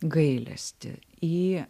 gailestį į